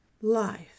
life